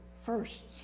first